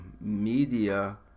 media